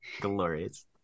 Glorious